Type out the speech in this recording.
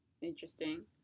interesting